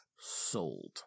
Sold